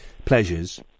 Pleasures